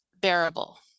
bearable